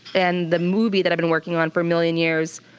and the movie that i've been working on for a million years,